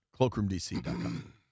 cloakroomdc.com